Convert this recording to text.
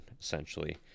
essentially